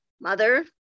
mother